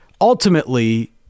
ultimately